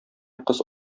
кыз